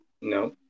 No